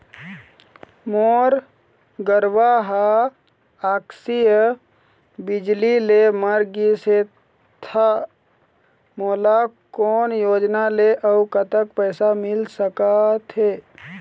मोर गरवा हा आकसीय बिजली ले मर गिस हे था मोला कोन योजना ले अऊ कतक पैसा मिल सका थे?